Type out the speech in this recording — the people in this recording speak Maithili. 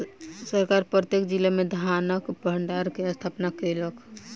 सरकार प्रत्येक जिला में धानक भण्डार के स्थापना केलक